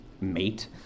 mate